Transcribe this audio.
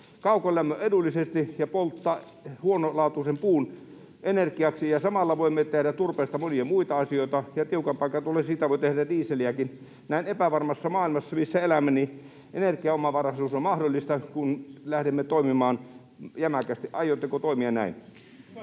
kaukolämmön edullisesti ja polttaa huonolaatuisen puun energiaksi ja samalla voimme tehdä turpeesta monia muita asioita, ja tiukan paikan tullen siitä voi tehdä dieseliäkin. Näin epävarmassa maailmassa, missä elämme, energiaomavaraisuus on mahdollista, kun lähdemme toimimaan jämäkästi. Aiotteko toimia näin?